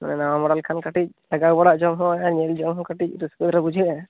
ᱢᱟᱱᱮ ᱱᱟᱣᱟ ᱢᱚᱰᱮᱞ ᱠᱷᱟᱱ ᱠᱟᱹᱴᱤᱡ ᱞᱟᱜᱟᱣ ᱵᱟᱲᱟ ᱡᱚᱝ ᱦᱚᱸ ᱟᱨ ᱧᱮᱞ ᱡᱚᱝ ᱦᱚᱸ ᱠᱟᱹᱴᱤᱡ ᱨᱟᱹᱥᱠᱟᱹ ᱫᱷᱟᱨᱟ ᱵᱩᱡᱷᱟᱹᱜᱼᱟ